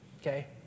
Okay